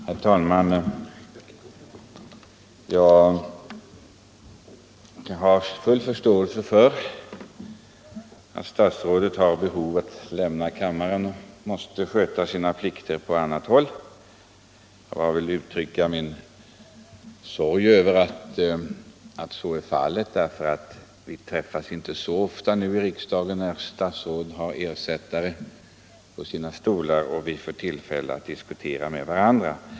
Herr talman! Jag har full förståelse för att statsrådet tydligen måste lämna kammaren för att sköta sina plikter på annat håll. Jag vill emellertid uttrycka min sorg över att så är fallet, eftersom vi numera inte träffas så ofta och kan diskutera med varandra sedan statsråden har fått ersättare i riksdagen.